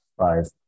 Five